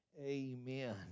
Amen